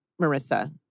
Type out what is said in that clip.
Marissa